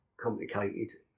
complicated